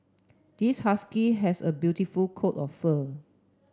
this husky has a beautiful coat of fur